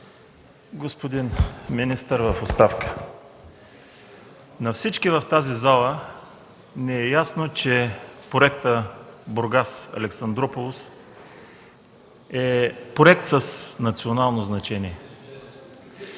господин министър в оставка! На всички в тази зала ни е ясно, че проектът „Бургас – Александруполис” е проект с национално значение.